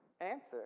answer